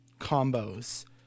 combos